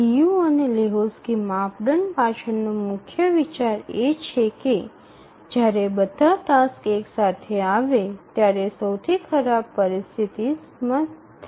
Liu અને Lehoczky માપદંડ પાછળનો મુખ્ય વિચાર એ છે કે જ્યારે બધા ટાસક્સ એક સાથે આવે ત્યારે સૌથી ખરાબ પરિસ્થિતિમાં થાય છે